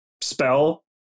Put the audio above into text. spell